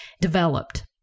developed